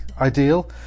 ideal